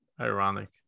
Ironic